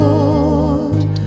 Lord